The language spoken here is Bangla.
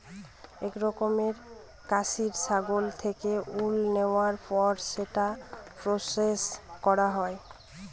এক রকমের কাশ্মিরী ছাগল থেকে উল নেওয়ার পর সেটা প্রসেস করা হয়